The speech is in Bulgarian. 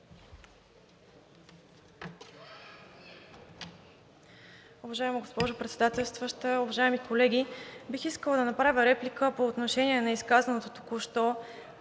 Уважаема госпожо Председателстващ, уважаеми колеги! Бих искала да направя реплика по отношение на казаното току-що